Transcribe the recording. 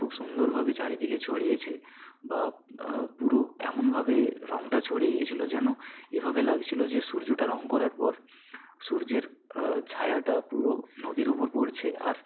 খুব সুন্দরভাবে চারিদিকে ছড়িয়েছে বা পুরো এমনভাবে রঙটা ছড়িয়ে গিয়েছিলো যেন এভাবে লাগছিলো যে সূর্যটা রঙ করার পর সূর্যের ছায়াটা পুরো নদীর ওপর পড়ছে আর